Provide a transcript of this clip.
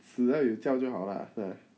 死了又叫就好啦